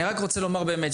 אני רק רוצה לומר באמת,